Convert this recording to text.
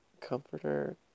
comforter